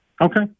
Okay